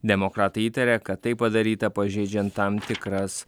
demokratai įtaria kad tai padaryta pažeidžiant tam tikras